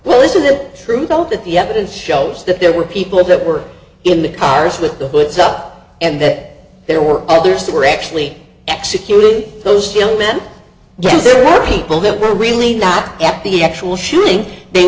well isn't it true though that the evidence shows that there were people that were in the cars with the hoods up and that there were others who were actually executing those young men because there are people that were really at the actual shooting they